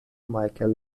مایکل